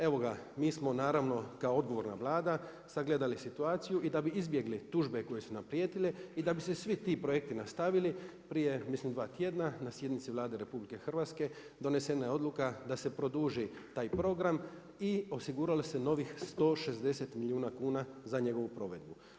Evo ga, mi smo naravno kao odgovorna Vlada sagledali situaciju i da bi izbjegli tužbe koje su nam prijetile i da bi se svi ti projekti nastavili prije mislim dva tjedna na sjednici Vlade Republike Hrvatske donesena je odluka da se produži taj program i osiguralo se novih 160 milijuna kuna za njegovu provedbu.